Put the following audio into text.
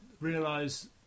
realise